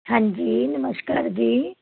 ਹਾਂਜੀ ਨਮਸਕਾਰ ਜੀ